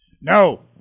no